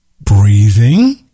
breathing